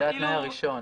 זה התנאי הראשון.